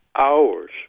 hours